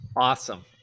Awesome